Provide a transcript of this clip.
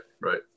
Right